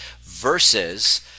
versus